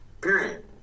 Period